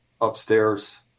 upstairs